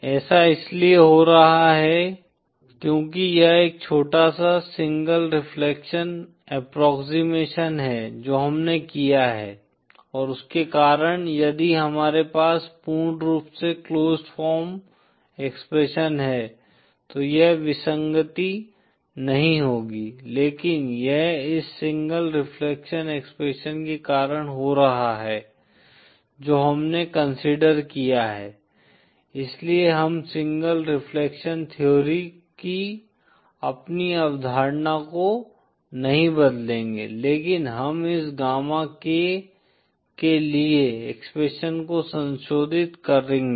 ऐसा इसलिए हो रहा है क्योंकि यह एक छोटा सा सिंगल रिफ्लेक्शन अप्प्रोक्सिमशन है जो हमने किया है और उसके कारण यदि हमारे पास पूर्ण रूप से क्लोज्ड फॉर्म एक्सप्रेशन है तो यह विसंगति नहीं होगी लेकिन यह इस सिंगल रिफ्लेक्शन एक्सप्रेशन के कारण हो रहा है जो हमने कंसीडर किया है इसलिए हम सिंगल रिफ्लेक्शन थ्योरी की अपनी अवधारणा को नहीं बदलेंगे लेकिन हम इस गामा k के लिए एक्सप्रेशन को संशोधित करेंगे